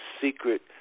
secret